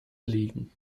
liegen